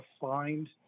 find